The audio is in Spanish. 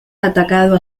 atacado